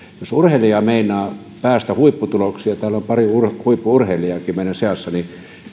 jos urheilija meinaa päästä huipputuloksiin täällä on pari huippu urheilijaakin meidän seassamme